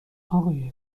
آقای